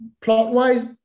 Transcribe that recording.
plot-wise